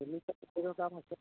চল্লিশ টাকা করে দাম হচ্ছে